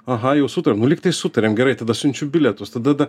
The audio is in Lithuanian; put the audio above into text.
aha jau sutar nu lyg tai sutarėm gerai tada siunčiu bilietus tada